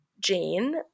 Jane